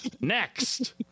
Next